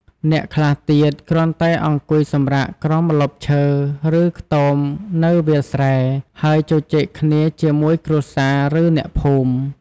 អ្នកខ្លះទៀត គ្រាន់តែអង្គុយសម្រាកក្រោមម្លប់ឈើ ឬ ខ្ទមនៅវាលស្រែ ហើយជជែកគ្នាជាមួយគ្រួសារ ឬ អ្នកភូមិ។